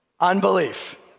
unbelief